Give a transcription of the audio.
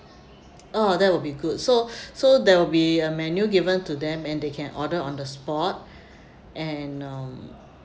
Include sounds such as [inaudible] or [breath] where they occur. uh that will be good so [breath] so there will be a menu given to them and they can order on the spot and um